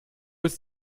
ist